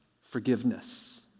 forgiveness